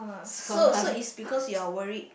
so so it's because you are worried